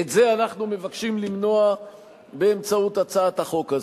את זה אנחנו מבקשים למנוע באמצעות הצעת החוק הזאת.